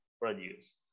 produce